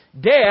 Death